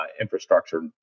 infrastructure